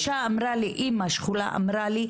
אימא שכולה אמרה לי,